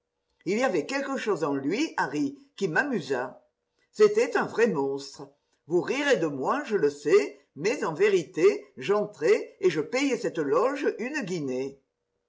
il y avait quelque chose en lui ilarry qui m'amusa c'était un vrai monstre vous rirez de moi je le sais mais en vérité j'entrai et je payai cette loge une guinée